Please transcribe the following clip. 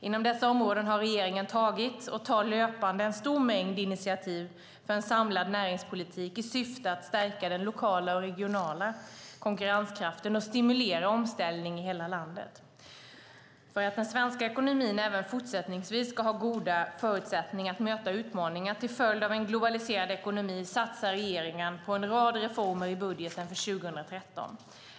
Inom dessa områden har regeringen tagit - och tar löpande - en stor mängd initiativ för en samlad näringspolitik i syfte att stärka den lokala och regionala konkurrenskraften och stimulera omställning i hela landet. För att den svenska ekonomin även fortsättningsvis ska ha goda förutsättningar att möta utmaningar till följd av en globaliserad ekonomi satsar regeringen på en rad reformer i budgeten för 2013.